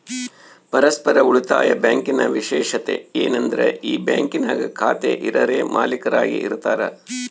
ಪರಸ್ಪರ ಉಳಿತಾಯ ಬ್ಯಾಂಕಿನ ವಿಶೇಷತೆ ಏನಂದ್ರ ಈ ಬ್ಯಾಂಕಿನಾಗ ಖಾತೆ ಇರರೇ ಮಾಲೀಕರಾಗಿ ಇರತಾರ